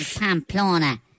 Pamplona